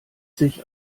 sich